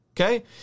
Okay